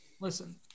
Listen